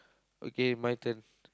okay my turn